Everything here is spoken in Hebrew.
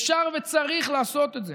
אפשר וצריך לעשות את זה.